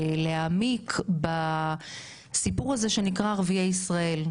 התקשורת 12 שנה הייתה נגד הקואליציה ועכשיו 12 שנה היא נגד האופוזיציה.